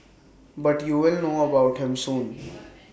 but you will know about him soon